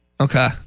Okay